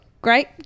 Great